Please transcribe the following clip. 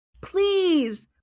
please